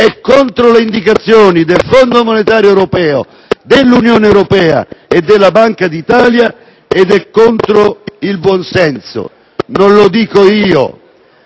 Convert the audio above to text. è contro le indicazioni del Fondo monetario, dell'Unione Europea e della Banca d'Italia ed è contro il buonsenso. Non lo dico io.